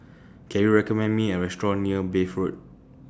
Can YOU recommend Me A Restaurant near Bath Road